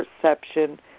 perception